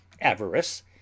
avarice